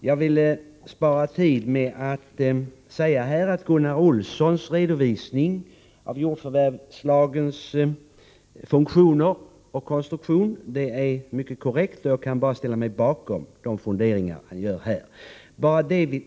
Jag vill spara tid genom att säga att Gunnar Olssons redovisning av jordförvärvslagens funktioner och konstruktion är mycket korrekt, och jag kan bara ställa mig bakom hans funderingar.